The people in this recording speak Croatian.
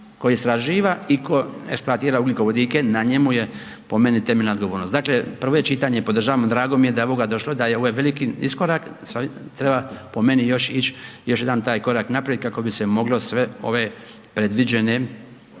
tko istraživa i tko eksploatira ugljikovodike na njemu je po meni temeljna odgovornost. Prema tome, prvo je čitanje i podržavamo i drago mi je da je do ovoga došlo da je ovo veliki iskorak, samo treba po meni još ići još jedan taj korak naprijed kako bi se moglo sve ove predviđene